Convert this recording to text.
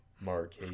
Mark